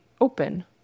open